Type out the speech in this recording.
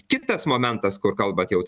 kitas momentas kur kalbat jau